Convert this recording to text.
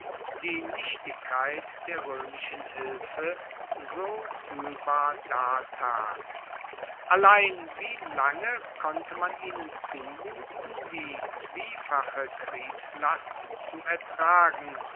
die nichtigkeit der roemischen hilfe so fuehlbar dartat allein wie lange konnte man ihnen zumuten die zwiefache kriegslast zu ertragen